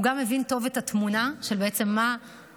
הוא גם הבין טוב את התמונה של מה המשרדים